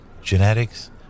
genetics